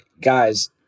Guys